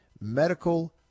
Medical